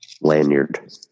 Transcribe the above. lanyard